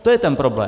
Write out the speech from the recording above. To je ten problém.